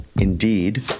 indeed